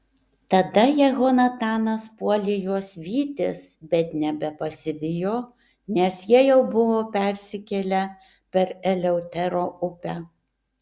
tada jehonatanas puolė juos vytis bet nebepasivijo nes jie jau buvo persikėlę per eleutero upę